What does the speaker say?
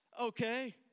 okay